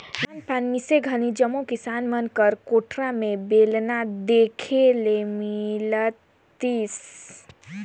धान पान मिसे घनी जम्मो किसान मन कर कोठार मे बेलना देखे ले मिलतिस